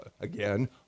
again